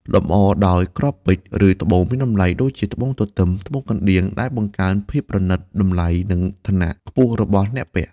លម្អដោយគ្រាប់ពេជ្រ ឬត្បូងមានតម្លៃ (ដូចជាត្បូងទទឹម ត្បូងកណ្ដៀង) ដែលបង្កើនភាពប្រណីត តម្លៃ និងឋានៈខ្ពស់របស់អ្នកពាក់។